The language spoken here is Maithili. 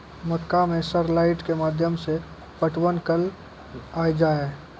मक्का मैं सर लाइट के माध्यम से पटवन कल आ जाए?